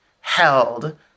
held